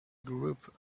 group